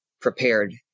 prepared